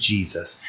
Jesus